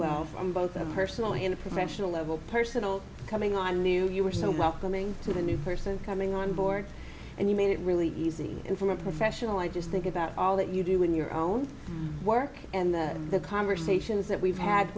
well from both of personal and professional level personal coming i knew you were so welcoming to the new person coming on board and you made it really easy and from a professional i just think about all that you do in your own work and that the conversations that we've had